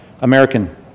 American